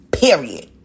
Period